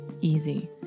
easy